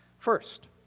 First